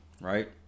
right